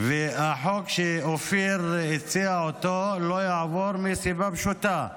והחוק שאופיר הציע לא יעבור מסיבה פשוטה.